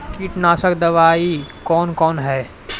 कीटनासक दवाई कौन कौन हैं?